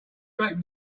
from